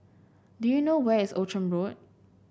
do you know where is Outram Road